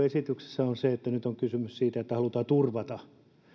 esityksessä on hyvää se että nyt on kysymys siitä että halutaan turvata